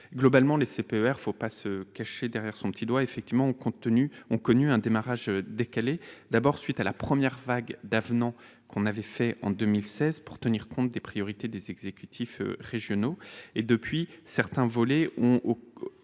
Globalement, les CPER- il ne faut pas se cacher derrière son petit doigt -ont connu un démarrage décalé à la suite de la première vague d'avenants en 2016 pour tenir compte des priorités des exécutifs régionaux. Depuis, certains volets ont